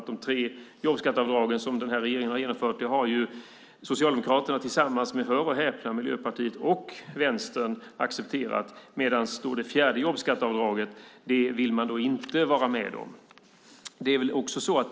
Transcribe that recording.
De tre jobbskatteavdrag som denna regering har genomfört har Socialdemokraterna tillsammans med - hör och häpna - Miljöpartiet och Vänstern accepterat, men de vill inte vara med om det fjärde jobbskatteavdraget.